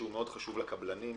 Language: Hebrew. שמאוד חשוב לקבלנים,